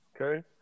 Okay